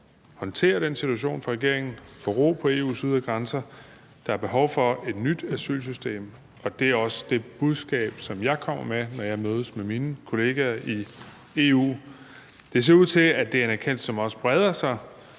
håndtere den situation for regeringen og at få ro på EU's ydre grænser. Der er behov for et nyt asylsystem, og det er også det budskab, som jeg kommer med, når jeg mødes med mine kollegaer i EU. Det ser ud til, at det er en erkendelse, som også breder sig;